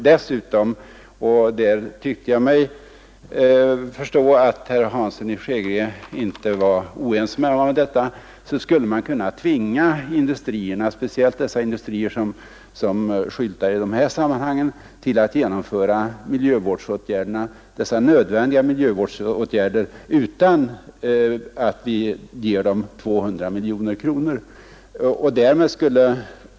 Dessutom — och jag tyckte mig förstå att herr Hansson i Skegrie inte var oense med mig om detta — skulle man kunna tvinga industrierna, speciellt de industrier som skyltar i de här sammanhangen, att vidta nödvändiga miljövårdsåtgärder utan att vi ger dem 200 miljoner kronor.